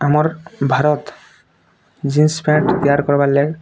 ଆମର୍ Bharat jeans pant ତିଆରି କର୍ବାର୍ ଲାଗି